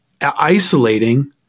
isolating